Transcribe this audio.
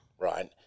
right